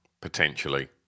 potentially